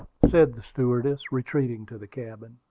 said the stewardess, retreating to the cabin.